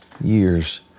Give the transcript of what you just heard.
years